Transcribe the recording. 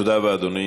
תודה רבה, אדוני.